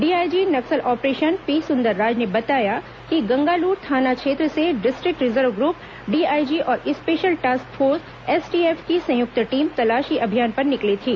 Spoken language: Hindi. DIG Naxal operation P Sundarraj ने बताया कि गंगालुर थाना क्षेत्र से डिस्ट्रिक्ट रिजर्व ग्रप डीआईजी और स्पेशल टास्क फोर्स एसटीएफ की संयुक्त टीम तलाशी अभियान पर निकली थी